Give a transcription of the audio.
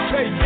Say